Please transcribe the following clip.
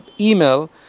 email